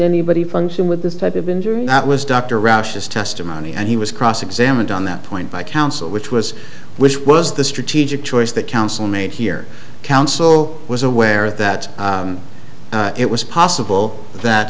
anybody function with this type of injury that was dr rush's testimony and he was cross examined on that point by counsel which was which was the strategic choice that counsel made here counsel was aware that it was possible that